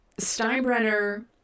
Steinbrenner